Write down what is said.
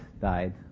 died